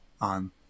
on